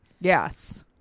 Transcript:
Yes